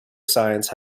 science